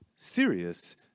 serious